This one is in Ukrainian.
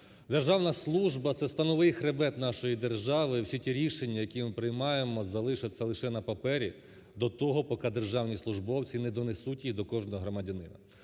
Державна служба – це становий хребет нашої держави. Всі ті рішення, які ми приймаємо, залишаються лише на папері до того, поки державні службовці не донесуть їх до кожного громадянина.